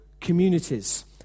communities